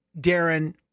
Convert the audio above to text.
Darren